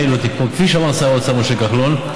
כפי שאמר שר האוצר משה כחלון,